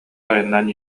айаннаан